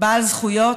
בעל זכויות?